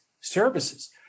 services